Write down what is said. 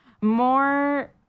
More